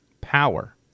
power